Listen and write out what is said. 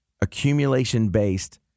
accumulation-based